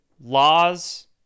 laws